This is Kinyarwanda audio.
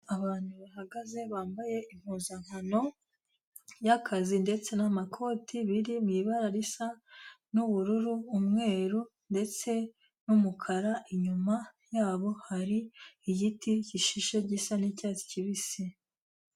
Abantu bahagaze bambaye impuzankano y'akazi ndetse n'amakoti biri mu ibara risa n'ubururu, umweru ndetse n'umukara, inyuma yabo hari igiti gishishe gisa n'icyatsi kibisi.